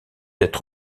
être